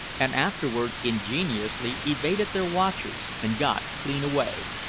and afterwards ingeniously evaded their watchers and got clean away.